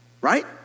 Right